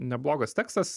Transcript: neblogas tekstas